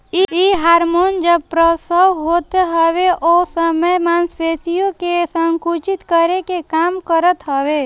इ हार्मोन जब प्रसव होत हवे ओ समय मांसपेशियन के संकुचित करे के काम करत हवे